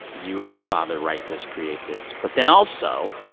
you and your father write this, create this. but then, also,